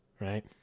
right